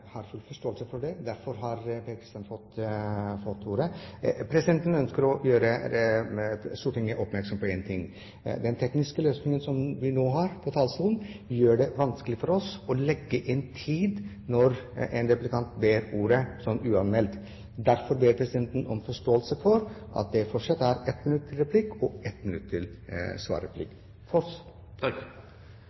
Derfor får Per-Kristian Foss ordet. Presidenten ønsker å gjøre Stortinget oppmerksom på at den tekniske løsningen som vi nå har på talerstolen, gjør det vanskelig for oss å legge inn tid når en replikant ber om ordet uanmeldt. Derfor ber presidenten om forståelse for at det fortsatt er 1 minutt taletid til replikk og 1 minutt til svarreplikk. – Per-Kristian Foss.